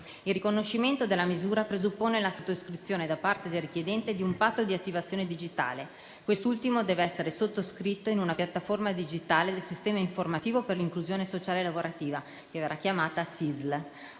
Il riconoscimento della misura presuppone la sottoscrizione da parte del richiedente di un patto di attivazione digitale. Quest'ultimo deve essere sottoscritto in una piattaforma digitale del sistema informativo per l'inclusione sociale lavorativa (SIISL).